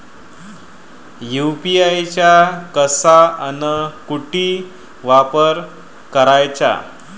UPI चा कसा अन कुटी वापर कराचा?